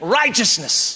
righteousness